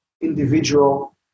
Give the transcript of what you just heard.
individual